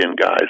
guys